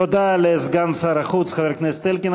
תודה לסגן שר החוץ, חבר הכנסת אלקין.